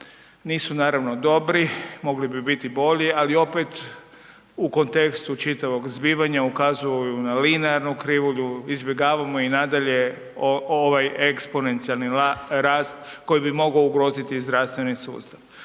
nisu naravno dobri, mogli bi biti bolji, ali opet u kontekstu čitavog zbivanja ukazuju na linearnu krivulju, izbjegavamo i nadalje ovaj eksponencijalni rast koji bi mogao ugroziti zdravstveni sustav.